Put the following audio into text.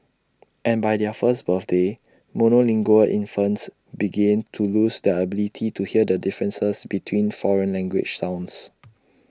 and by their first birthdays monolingual infants begin to lose their ability to hear the differences between foreign language sounds